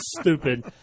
stupid